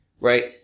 right